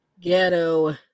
Ghetto